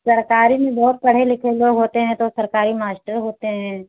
सरकारी में बहुत पढ़े लिखे लोग होते हैं तो सरकारी मास्टर होते हैं